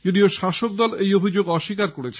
যদিও শাসকদল এই অভিযোগ অস্বীকার করেছে